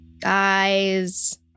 Guys